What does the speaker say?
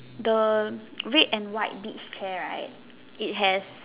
the red and white beach chair right it has